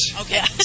Okay